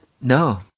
No